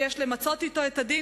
ויש למצות את הדין,